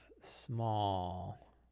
small